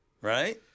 right